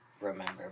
Remember